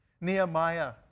Nehemiah